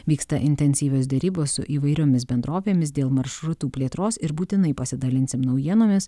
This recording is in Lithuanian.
vyksta intensyvios derybos su įvairiomis bendrovėmis dėl maršrutų plėtros ir būtinai pasidalinsim naujienomis